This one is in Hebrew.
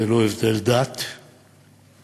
ללא הבדל דת ואמונה.